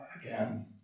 again